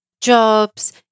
jobs